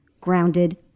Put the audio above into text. grounded